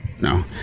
no